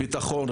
ביטחון,